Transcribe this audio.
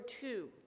two